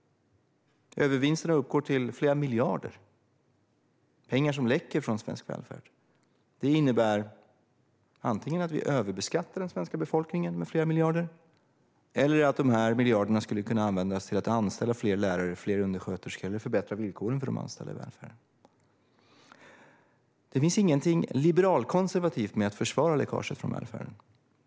Övervinsterna uppgår till flera miljarder. Det är pengar som läcker från svensk välfärd. Det innebär antingen att vi överbeskattar den svenska befolkningen med flera miljarder eller att dessa miljarder skulle kunna användas till att anställa fler lärare och undersköterskor eller förbättra villkoren för de anställda i välfärden. Det finns inget liberalkonservativt i att försvara läckaget från välfärden.